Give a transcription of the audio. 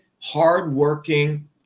hardworking